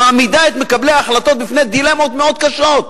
מעמיד את מקבלי ההחלטות בפני דילמות מאוד קשות.